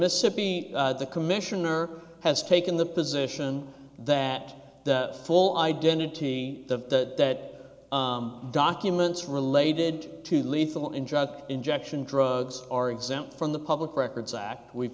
mississippi the commissioner has taken the position that the full identity that documents related to lethal injection injection drugs are exempt from the public records act we've